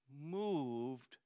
moved